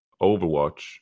Overwatch